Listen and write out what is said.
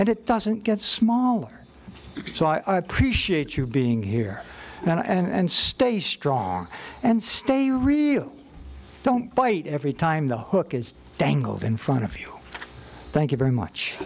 and it doesn't get smaller so i appreciate you being here and stay strong and stay real don't bite every time the hook is dangled in front of you thank you very much